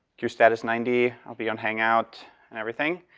queuestatus ninety. i'll be on hangout and everything.